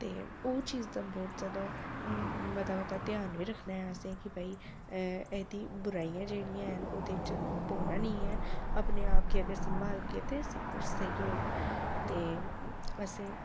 ते ओह् चीज दा बौह्त जैदा मता मता ध्यान बी रक्खना ऐ असें कि भाई एह्दी बुराइयां जेह्ड़ियां हैन ओह्दे च पौना नेईं ऐ अपने आप गी अगर संभालगै ते सबकिश स्हेई होग ते असें